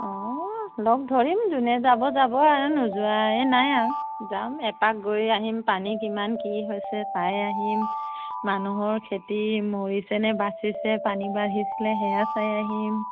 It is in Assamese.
অঁ লগ ধৰিম যোনে যাব যাব আৰু নোযোৱাই নাই আৰু যাম এপাক গৈ আহিম পানী কিমান কি হৈছে চাই আহিম মানুহৰ খেতি মৰিছেনে বাছিছে পানী বাঢ়িছিলে সেয়া চাই আহিম